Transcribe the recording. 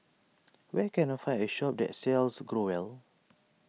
where can I find a shop that sells Growell